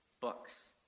books